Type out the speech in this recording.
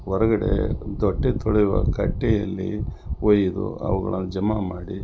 ಹೊರಗಡೆ ತೊಟ್ಟಿ ತೊಳೆಯುವ ಕಟ್ಟೆಯಲ್ಲಿ ಒಯ್ದು ಅವುಗಳನ್ನು ಜಮಾ ಮಾಡಿ